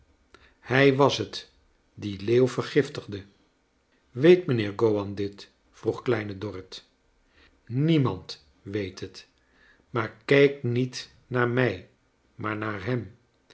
hij was die leeuw vetde weet mijnheer gowan dit vroeg kleine dorrit niemand weet het maar kijk niet naar mij maar naar hem